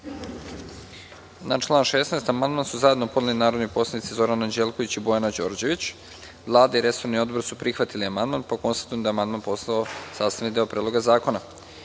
Na član 16. amandman su zajedno podneli narodni poslanici Zoran Anđelković i Bojana Đorđević. Vlada i resorni odbor su prihvatili amandman, pa konstatujem da je amandman postao sastavni deo Predloga zakona. Na